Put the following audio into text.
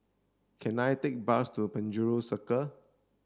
can I take bus to Penjuru Circle